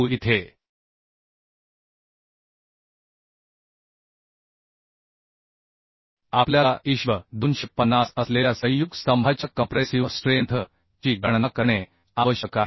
इथे आपल्याला ISHB 250 असलेल्या संयुग स्तंभाच्या कंप्रेसिव्ह स्ट्रेंथ ची गणना करणे आवश्यक आहे